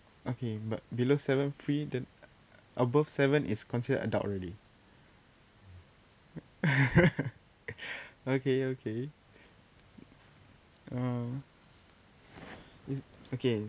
okay b~ below seven free then above seven is considered adult already okay okay uh is okay